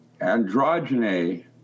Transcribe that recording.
androgyny